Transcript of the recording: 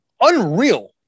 unreal